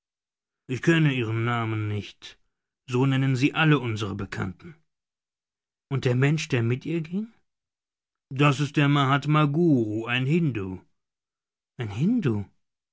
ich kenne ihren namen nicht so nennen sie alle unsere bekannten und der mensch der mit ihr ging das ist der mahatma guru ein hindu ein hindu